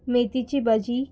मेथीची भाजी